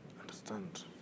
understand